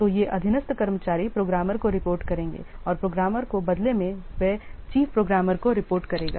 तो ये अधीनस्थ कर्मचारी प्रोग्रामर को रिपोर्ट करेंगे और प्रोग्रामर को बदले में वे चीफप्रोग्रामर को रिपोर्ट करेंगे